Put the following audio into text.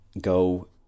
go